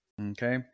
Okay